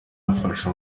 yafashe